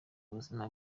buzima